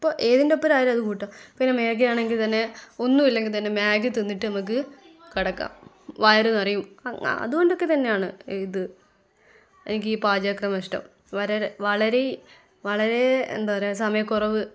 ഇപ്പം ഏതിന്റൊപ്പരമായാലും അതു കൂട്ടാം പിന്നെ മേഗ്ഗി ആണെങ്കിൽ തന്നെ ഒന്നുമില്ലെങ്കിൽ തന്നെ മാഗ്ഗി തിന്നിട്ട് നമ്മൾക്ക് കിടക്കാം വയറ് നിറയും അതുകൊണ്ടൊക്കെ തന്നെയാണ് ഇത് എനിക്ക് ഈ പാചകമൊക്കെ ഇഷ്ടം വളരേ വളരേ എന്താ പറയുക സമയക്കുറവ്